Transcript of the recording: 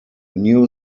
new